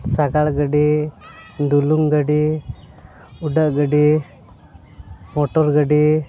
ᱥᱟᱜᱟᱲ ᱜᱟᱹᱰᱤ ᱰᱩᱞᱩᱝ ᱜᱟᱹᱰᱤ ᱩᱰᱟᱹᱜ ᱜᱟᱹᱰᱤ ᱢᱚᱴᱚᱨ ᱜᱟᱹᱰᱤ